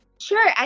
Sure